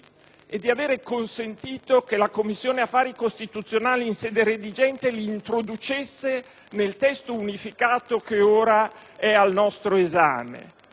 e aver consentito che la Commissione affari costituzionali in sede redigente li introducesse nel testo unificato che è ora al nostro esame.